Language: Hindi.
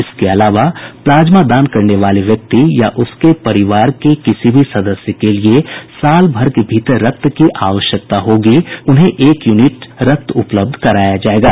इसके अलावा प्लाज्मा दान करने वाले व्यक्ति या उसके परिवार के किसी भी सदस्य के लिये साल भर के भीतर रक्त की आवश्यकता होगी तो उन्हें एक यूनिट खून उपलब्ध कराया जायेगा